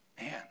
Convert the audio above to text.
Man